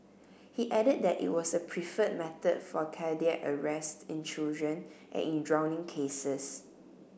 he added that it was the preferred method for cardiac arrest in children and in drowning cases